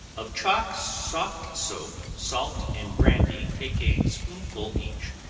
of chalk, soft soap, salt, and brandy, take a spoonful each,